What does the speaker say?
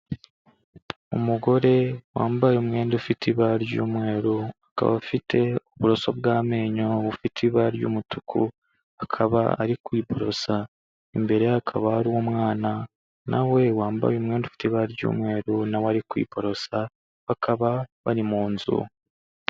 Umugore wambaye umwenda ufite ibara ry'umweru, akaba afite uburoso bw'amenyo bufite ibara ry'umutuku akaba ari kwiborosa, imbere ye hakaba hari umwana nawe wambaye umwenda ufite ibara ry'umweru nawe ari kwiborosa, bakaba bari mu nzu.